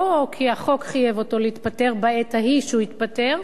לא כי החוק חייב אותו להתפטר בעת ההיא שהוא התפטר,